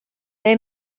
they